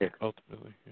ultimately